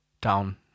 down